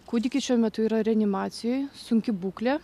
kūdikis šiuo metu yra reanimacijoj sunki būklė